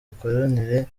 mikoranire